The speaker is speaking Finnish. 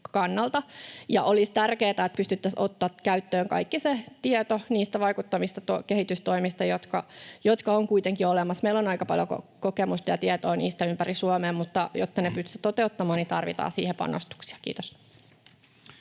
kannalta, ja olisi tärkeätä, että pystyttäisiin ottamaan käyttöön kaikki se tieto niistä vaikuttavista kehitystoimista, joka kuitenkin on olemassa. Meillä on aika paljon kokemusta ja tietoa niistä ympäri Suomea, mutta jotta ne pystytään toteuttamaan, tarvitaan siihen panostuksia. — Kiitos.